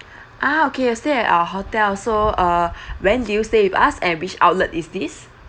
ah okay you stayed at our hotel so err when did you stayed with us and which outlet is this